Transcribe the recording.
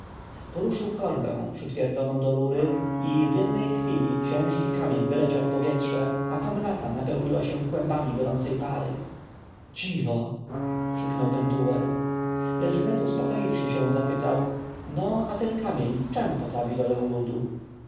poruszył korbę przytwierdzoną do rury i w jednej chwili ciężki kamień wyleciał w powietrze a komnata napełniła się kłębami gorącej pary dziwo krzyknął pentuer lecz wnet uspokoiwszy się zapytał no a ten kamień w czem poprawi byt ludu